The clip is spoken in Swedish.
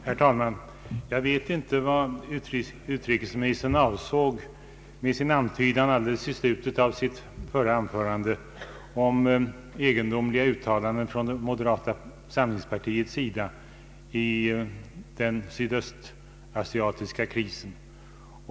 Herr talman! Jag vet inte vad utrikesministern avsåg med sin antydan i slutet av sitt förra anförande om egendomliga uttalanden från moderata samlingspartiets sida rörande den sydöstasiatiska krisen.